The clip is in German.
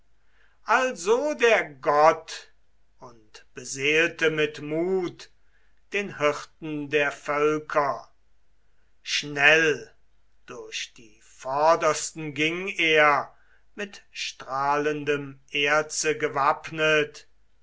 also der gott und beseelte mit mut den hirten der völker schnell durch die vordersten ging er mit strahlendem erze gewappnet